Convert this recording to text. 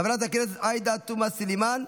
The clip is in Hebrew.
חברת הכנסת עאידה תומא סלימאן,